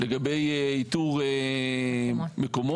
לגבי איתור מקומות.